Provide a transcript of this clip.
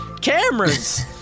Cameras